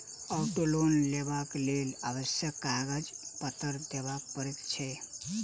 auto loan लेबाक लेल आवश्यक कागज पत्तर देबअ पड़ैत छै